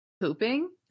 pooping